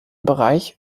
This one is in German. bereich